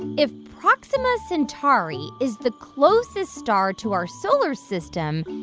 if proxima centauri is the closest star to our solar system,